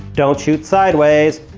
don't shoot sideways.